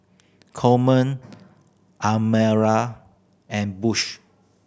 Coleman Amira and Bush